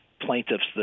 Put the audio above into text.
plaintiffs